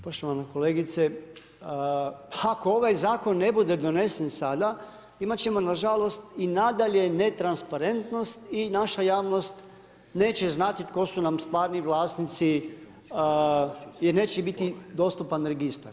Poštovana kolegice, ako ovaj zakon ne bude donesen sada, imat ćemo nažalost i nadalje netransparentnost i naša javnost neće znati tko su nam stvarni vlasnici jer neće biti dostupan registar.